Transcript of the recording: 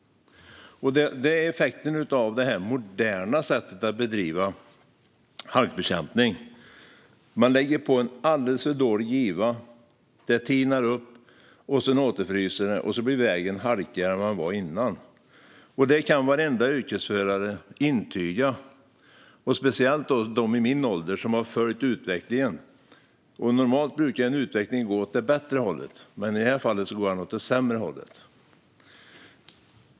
Detta är effekten av det moderna sättet att bedriva halkbekämpning. Man lägger på en alldeles för dålig giva, så när det tinar upp och sedan återfryser blir vägen halkigare än vad den var innan. Detta kan varenda yrkesförare intyga, speciellt de som är i min ålder och som har följt utvecklingen. Normalt brukar en utveckling gå åt det bättre hållet, men i det här fallet går den åt det sämre hållet.